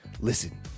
Listen